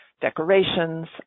decorations